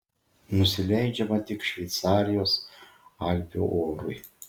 nusileidžiama tik šveicarijos alpių orui